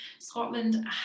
Scotland